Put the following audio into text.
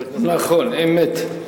אמת.